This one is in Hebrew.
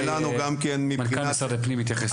אני מבין שבהמשך מנכ"ל משרד הפנים יתייחס לזה.